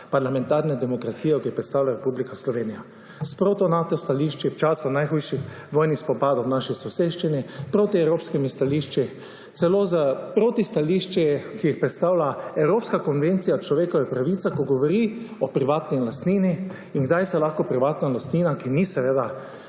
parlamentarne demokracije, ki jo predstavlja Republika Slovenija. S protinato stališči v času najhujših vojnih spopadov v naši soseščini, protievropskimi stališči, celo s protistališči, ki jih predstavlja evropska konvencija o človekovih pravicah, ko govori o privatni lastnini in kdaj se lahko privatna lastnina, ki seveda